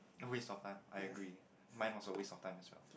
a waste of time I agree mine also waste of time as well